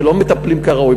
שלא מטפלים כראוי,